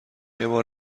بار